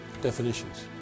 definitions